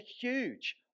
huge